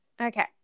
Okay